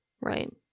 Right